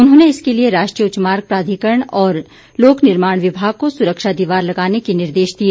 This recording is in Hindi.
उन्होंने इसके लिए राष्ट्रीय उच्च मार्ग प्राधिकरण और लोकनिर्माण विभाग को सुरक्षा दीवार लगाने के निर्देश दिए